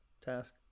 task